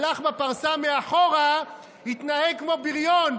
הוא הלך בפרסה מאחורה והתנהג כמו בריון.